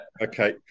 Okay